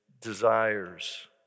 desires